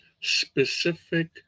specific